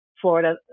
Florida